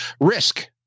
Risk